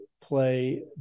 play